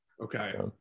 Okay